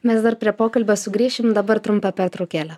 mes dar prie pokalbio sugrįšim dabar trumpa pertraukėlė